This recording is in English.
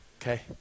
okay